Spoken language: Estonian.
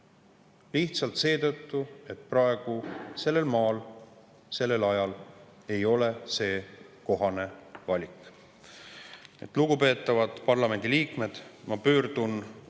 lihtsalt seetõttu, et sellel maal ja sellel ajal ei ole see kohane valik. Lugupeetavad parlamendiliikmed! Ma pöördun